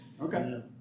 Okay